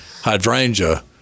hydrangea